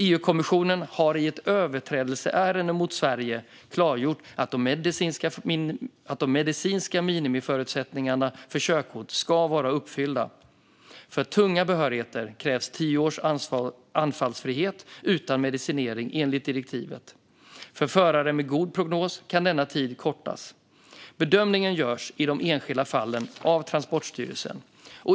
EU-kommissionen har i ett överträdelseärende mot Sverige klargjort att de medicinska minimiförutsättningarna för körkort ska vara uppfyllda. För tunga behörigheter krävs enligt direktivet tio års anfallsfrihet utan medicinering. För förare med god prognos kan denna tid kortas. Bedömningen görs i de enskilda fallen av Transportstyrelsen.